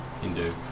Hindu